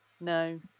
No